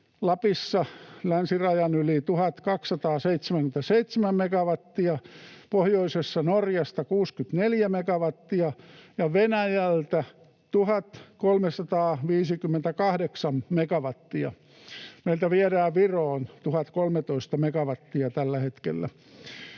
Lapissa länsirajan yli 1 277 megawattia, pohjoisessa Norjasta 64 megawattia ja Venäjältä 1 358 megawattia. Meiltä viedään Viroon 1 013 megawattia tällä hetkellä.